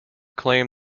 claim